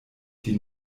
die